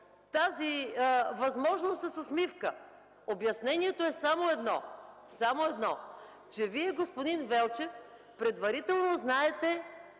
тази възможност с усмивка! Обяснението е само едно – че Вие, господин Велчев, предварително знаете